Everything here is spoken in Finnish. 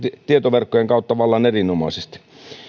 tietoverkkojen kautta vallan erinomaisesti